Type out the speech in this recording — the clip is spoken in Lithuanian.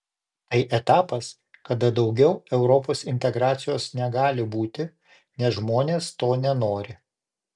tai etapas kada daugiau europos integracijos negali būti nes žmonės to nenori